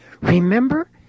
Remember